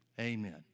Amen